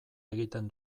egiten